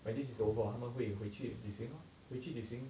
when this is over uh 他们会回去旅行 lor 回去旅行